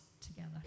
together